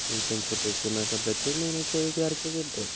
पेंशनचे पैशे माका प्रत्येक महिन्याच्या एक तारखेक येतत